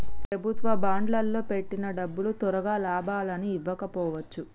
ప్రభుత్వ బాండ్లల్లో పెట్టిన డబ్బులు తొరగా లాభాలని ఇవ్వకపోవచ్చు